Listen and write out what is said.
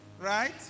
right